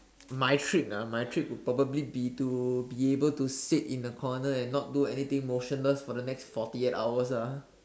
my trick ah my trick would probably be to be able to sit in a corner and not do anything motionless for the next forty eight hours ah